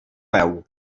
veu